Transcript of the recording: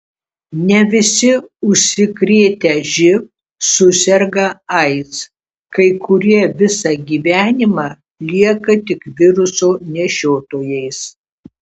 ne visi užsikrėtę živ suserga aids kai kurie visą gyvenimą lieka tik viruso nešiotojais